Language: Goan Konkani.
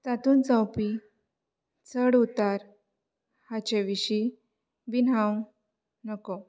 तातूंत जावपी चड उतार हाचे विशीं बीन हांव नकळो